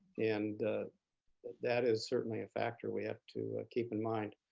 and that that is certainly a factor we have to keep in mind.